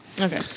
Okay